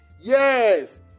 yes